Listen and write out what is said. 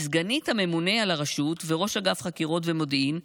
היא סגנית הממונה על הרשות וראש אגף חקירות ומודיעין,